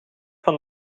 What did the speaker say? van